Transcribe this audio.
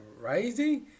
rising